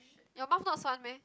your mouth not 酸 meh